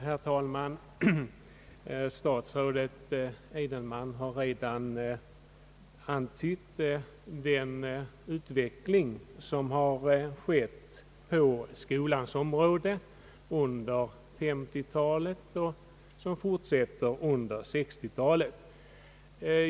Herr talman! Statsrådet Edenman har redan antytt den utveckling som har ägt rum på skolans område under 1950 talet och som fortsätter under 1960 talet.